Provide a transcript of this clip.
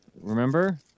Remember